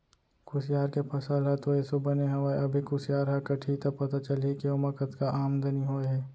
कुसियार के फसल ह तो एसो बने हवय अभी कुसियार ह कटही त पता चलही के ओमा कतका आमदनी होय हे